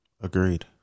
Agreed